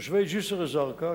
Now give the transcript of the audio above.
תושבי ג'סר-א-זרקא,